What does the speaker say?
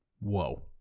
Whoa